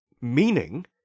meaning